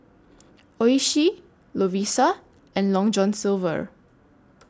Oishi Lovisa and Long John Silver